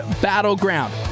Battleground